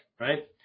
Right